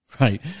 right